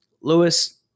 Lewis